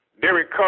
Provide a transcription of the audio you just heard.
Derek